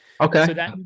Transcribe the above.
Okay